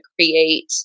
create